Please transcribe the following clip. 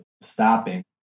stopping